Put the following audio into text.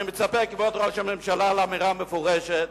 אני מצפה, כבוד ראש הממשלה, לאמירה מפורשת,